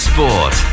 Sport